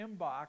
inbox